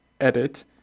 Edit